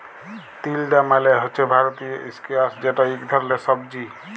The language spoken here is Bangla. তিলডা মালে হছে ভারতীয় ইস্কয়াশ যেট ইক ধরলের সবজি